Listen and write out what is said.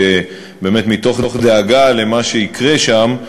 שפעלו באמת מתוך דאגה ממה שיקרה שם.